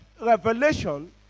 revelation